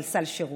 על סל שירותים,